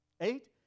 Eight